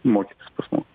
mokytis pas mus